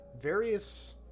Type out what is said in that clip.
various